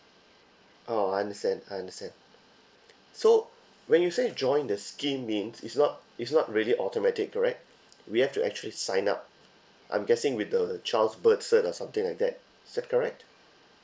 oh I understand I understand so when you say join the scheme means it's not it's not really automatic correct we have to actually sign up I'm guessing with the child's birth cert or something like that is that correct